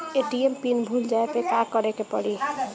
ATM pin भूल जाए पे का करे के पड़ी?